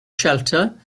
shelter